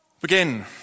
Begin